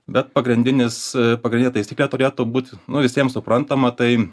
bet pagrindinis pagrindė taisyklė turėtų būt nu visiems suprantama tai